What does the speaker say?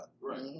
Right